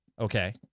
Okay